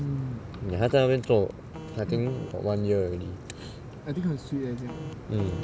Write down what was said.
你还在那边做 I think got one year already mm